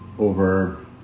over